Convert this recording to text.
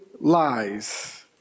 lies